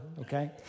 okay